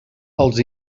els